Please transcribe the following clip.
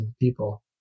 people